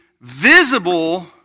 visible